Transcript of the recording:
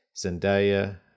Zendaya